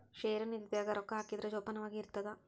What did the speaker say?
ಷೇರು ನಿಧಿ ದಾಗ ರೊಕ್ಕ ಹಾಕಿದ್ರ ಜೋಪಾನವಾಗಿ ಇರ್ತದ